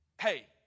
hey